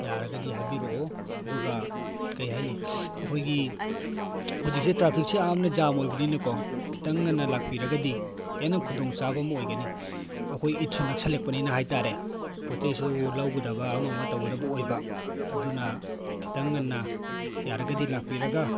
ꯌꯥꯔꯒꯗꯤ ꯍꯥꯏꯕꯤꯔꯛꯑꯣ ꯑꯗꯨꯒ ꯀꯔꯤ ꯍꯥꯏꯅꯤ ꯑꯩꯈꯣꯏꯒꯤ ꯍꯧꯖꯤꯛꯁꯦ ꯇ꯭ꯔꯥꯐꯤꯛꯁꯦ ꯌꯥꯝꯅ ꯖꯥꯝ ꯑꯣꯏꯕꯅꯤꯅꯀꯣ ꯈꯤꯇꯪ ꯉꯟꯅ ꯂꯥꯛꯄꯤꯔꯒꯗꯤ ꯍꯦꯟꯅ ꯈꯨꯗꯣꯡ ꯆꯥꯕ ꯑꯃ ꯑꯣꯏꯒꯅꯤ ꯑꯩꯈꯣꯏ ꯏꯠꯁꯨ ꯅꯛꯁꯤꯜꯂꯛꯄꯅꯤꯅ ꯍꯥꯏꯇꯥꯔꯦ ꯄꯣꯠ ꯆꯩꯁꯨ ꯂꯧꯒꯗꯕ ꯑꯃ ꯑꯃ ꯇꯧꯒꯗꯕ ꯑꯣꯏꯕ ꯑꯗꯨꯅ ꯈꯤꯇꯪ ꯉꯟꯅ ꯌꯥꯔꯒꯗꯤ ꯂꯥꯛꯄꯤꯔꯒ